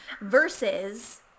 versus